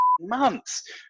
months